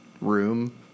room